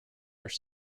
are